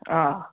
آ